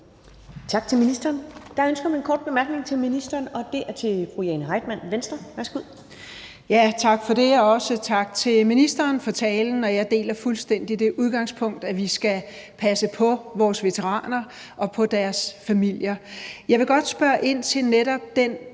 Tak til ministeren. Der er ønske om en kort bemærkning til ministeren, og den er fra fru Jane Heitmann, Venstre. Værsgo. Kl. 10:09 Jane Heitmann (V): Tak for det, og også tak til ministeren for talen. Jeg deler fuldstændig det udgangspunkt, at vi skal passe på vores veteraner og på deres familier. Jeg vil godt spørge ind til netop den